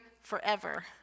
forever